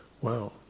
wow